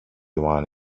one